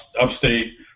upstate